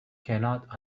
cannot